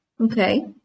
Okay